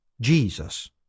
Jesus